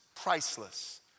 priceless